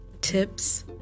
tips